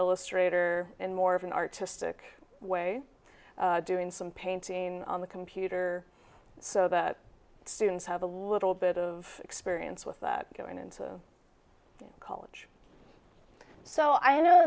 illustrator in more of an artistic way doing some painting on the computer so that students have a little bit of experience with that going into college so i know